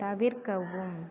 தவிர்க்கவும்